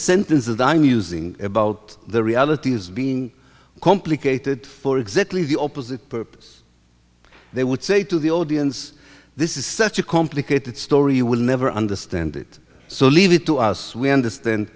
sentence that i'm using about the reality is being complicated for exactly the opposite purpose they would say to the audience this is such a complicated story you will never understand it so leave it to us we understand